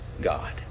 God